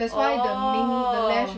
oh